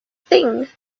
thing